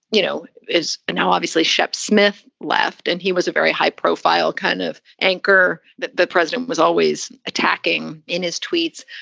you know. now, obviously, shep smith left and he was a very high profile kind of anchor. the president was always attacking in his tweets.